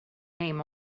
name